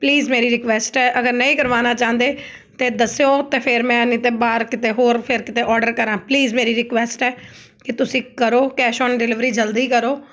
please ਮੇਰੀ request ਹੈ ਅਗਰ ਨਹੀਂ ਕਰਵਾਉਣਾ ਚਾਹੁੰਦੇ ਤਾਂ ਦੱਸਿਉ ਅਤੇ ਫਿਰ ਮੈਂ ਨਹੀਂ ਤਾਂ ਬਾਹਰ ਕਿਤੇ ਹੋਰ ਫਿਰ ਕਿਤੇ ਓਰਡਰ ਕਰਾਂ ਪਲੀਜ਼ ਮੇਰੀ ਰਿਕੁਐਸਟ ਹੈ ਕਿ ਤੁਸੀਂ ਕਰੋ ਕੈਸ਼ ਔਨ ਡਿਲੀਵਰੀ ਜਲਦੀ ਕਰੋ